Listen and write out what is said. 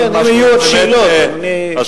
אם יהיה משהו באמת חשוב,